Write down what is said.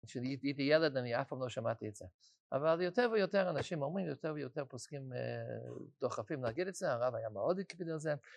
‫כשהייתי ילד, ‫אני אף פעם לא שמעתי את זה. ‫אבל יותר ויותר אנשים אומרים, ‫יותר ויותר פוסקים דוחפים להגיד את זה, ‫הרב היה מאוד הקפיד על זה.